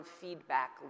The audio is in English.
feedback